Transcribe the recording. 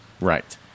Right